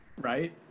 right